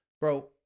bro